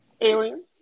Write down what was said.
Alien